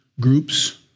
groups